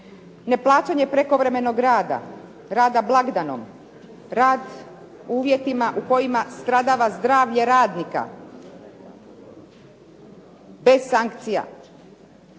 neplaćanje prekovremenog rada, rada blagdanom, rad u uvjetima u kojima stradava zdravlje radnika bez sankcija,